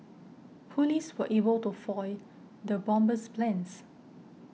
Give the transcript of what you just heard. police were able to foil the bomber's plans